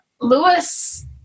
Lewis